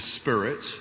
Spirit